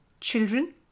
Children